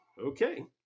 Okay